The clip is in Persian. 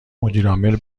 مدیرعامل